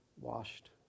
washed